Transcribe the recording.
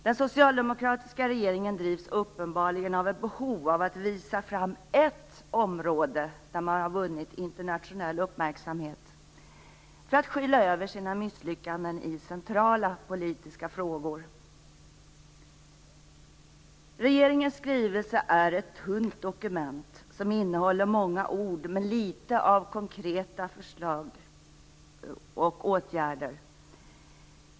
Den socialdemokratiska regeringen drivs uppenbarligen av ett behov av att visa fram ett område där man har vunnit internationell uppmärksamhet för att skyla över sina misslyckanden i centrala politiska frågor. Regeringens skrivelse är ett tunt dokument som innehåller många ord men litet av konkreta förslag och åtgärder.